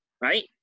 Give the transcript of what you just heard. right